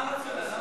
מה הרציונל?